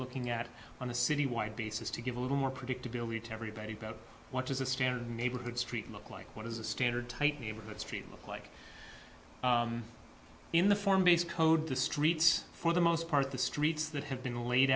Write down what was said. looking at on a city wide basis to give a little more predictability to everybody about what is a standard neighborhood streets look like what is a standard type neighborhood streets look like in the form based code the streets for the most part the streets that have been laid